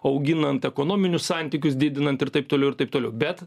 auginant ekonominius santykius didinant ir taip toliau ir taip toliau bet